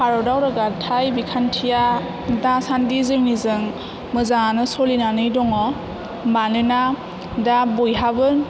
भारतआव रोगाथाइ बिखान्थिया दासान्दि जोंनिजों मोजाङानो सोलिनानै दङ मानोना दा बयहाबो